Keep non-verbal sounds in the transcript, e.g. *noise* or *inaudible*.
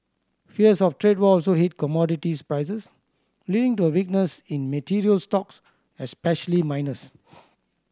fears of trade war also hit commodities prices leading to a weakness in materials stocks especially miners *noise*